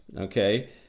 okay